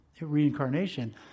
reincarnation